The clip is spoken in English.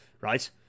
right